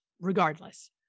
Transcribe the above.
Regardless